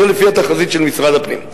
זה לפי התחזית של משרד הפנים.